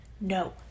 no